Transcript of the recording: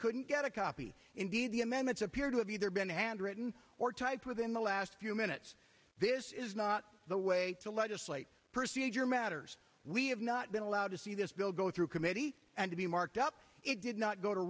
couldn't get a copy indeed the amendments appear to have either been handwritten or typed within the last few minutes this is not the way to legislate procedural matters we have not been allowed to see this bill go through committee and to be marked up it did not go to